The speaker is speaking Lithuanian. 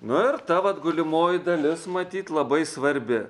nu ir vat gulimoji dalis matyt labai svarbi